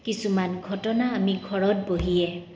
কিছুমান ঘটনা আমি ঘৰত বহিয়ে